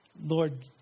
Lord